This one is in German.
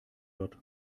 wird